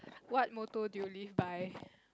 what motto do you live by